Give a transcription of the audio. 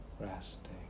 resting